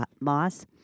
Moss